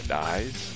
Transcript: dies